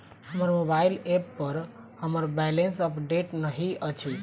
हमर mobile app पर हमर बैलेंस अपडेट नहि अछि